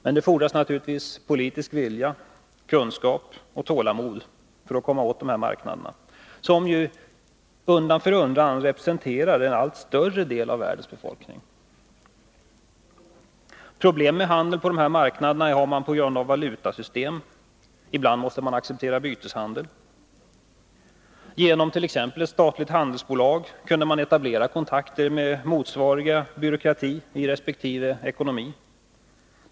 Men det fordras naturligtvis politisk vilja, kunskap och tålamod för att komma åt dessa marknader, som ju undan för undan representerar en allt större del av världens befolkning. Problem med handel på dessa marknader har man på grund av valutasystemen. Ibland måste man acceptera byteshandel. Genom t.ex. ett statligt handelsbolag kunde man etablera kontakter med motsvarande byråkratier i resp. ekonomi.